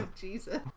Jesus